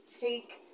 take